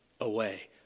away